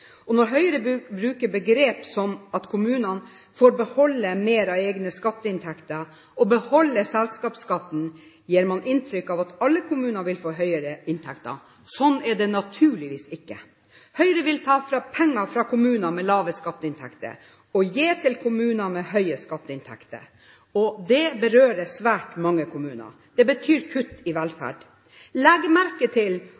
Når Høyre bruker begrep som at kommunene får beholde mer av egne skatteinntekter og beholde selskapsskatten, gir man inntrykk av at alle kommunene vil få høyere inntekter. Sånn er det naturligvis ikke. Høyre vil ta penger fra kommuner med lave skatteinntekter og gi til kommuner med høye skatteinntekter. Det berører svært mange kommuner. Det betyr kutt i velferd. Legg merke til